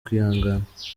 kwihangana